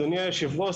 אדוני יושב הראש,